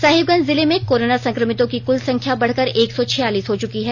साहिबगंज जिले में कोरोना संक्रमितों की कुल संख्या बढकर एक सौ छियालीस हो चुकी है